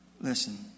Listen